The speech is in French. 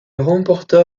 remporta